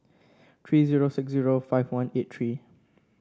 three zero six zero five one eight three